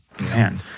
Man